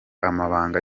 amabanga